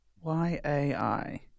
Y-A-I